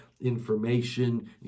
information